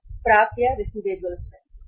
प्राप्य 3520 लाख 3520 हैं लाख